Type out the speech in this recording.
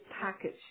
package